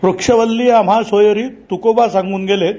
वृक्षवल्ली अम्हा सोयरी तुकोबा सांगुन गेलेत